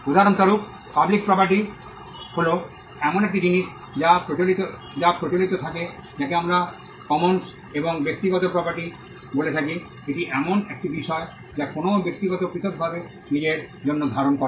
উদাহরণস্বরূপ public property হল এমন একটি জিনিস যা প্রচলিত থাকে যাকে আমরা কমন্স এবং ব্যক্তিগত প্রপার্টি বলে থাকি এটি এমন একটি বিষয় যা কোনও ব্যক্তি পৃথকভাবে নিজের জন্য ধারণ করে